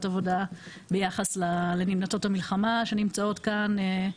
עבודה ביחס לנמלטות המלחמה שנמצאות כאן.